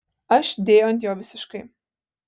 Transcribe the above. aš dėjau ant jo visiškai